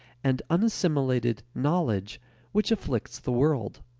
and unassimilated knowledge which afflicts the world.